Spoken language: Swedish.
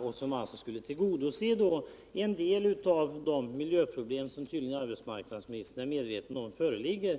beredskapsarbeten Härigenom skulle ju en del av de miljöproblem lösas, vilka arbetsmarknadsministern tydligen är medveten om föreligger.